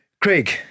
Craig